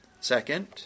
Second